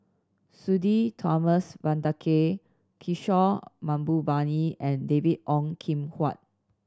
Sudhir Thomas Vadaketh Kishore Mahbubani and David Ong Kim Huat